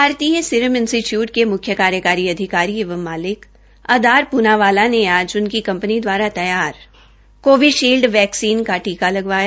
भारतीय serum institute के मुख्य कार्यकारी अधिकारी एवं मालिक अदार पूना बाला ने आज उनकी कंपनी द्वारा तैयार कोवीषील्ड वैक्सीन का टीका लगवाया